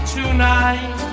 tonight